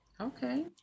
okay